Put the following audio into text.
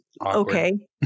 okay